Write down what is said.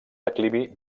declivi